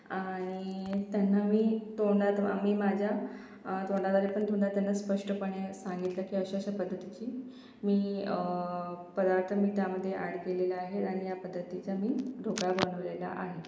आणि त्यांना मी तोंडाद्वा मी माझ्या तोंडाद्वारे पण पुन्हा त्यांना स्पष्टपणे सांगितलं की अशा अशा पद्धतीची मी पदार्थ मी त्यामध्ये ॲड केलेले आहे आणि या पद्धतीचा मी ढोकळा बनवलेला आहे